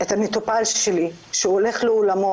את המטופל שלי שהולך לעולמו,